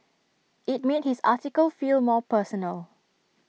IT made his article feel more personal